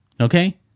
Okay